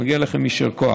מגיע לכם יישר כוח.